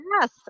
Yes